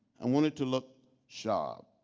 i wanted to look sharp.